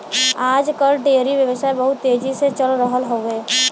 आज कल डेयरी व्यवसाय बहुत तेजी से चल रहल हौवे